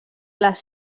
les